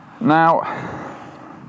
Now